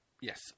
Yes